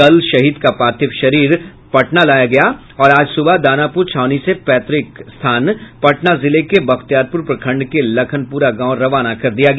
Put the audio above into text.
कल शहीद का पार्थिव शरीर पटना लाया गया और आज सुबह दानापुर छावनी से पैतृक स्थान पटना जिले के बख्तियारपुर प्रखंड के लखनपुरा गांव रवाना कर दिया गया